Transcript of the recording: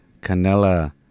Canela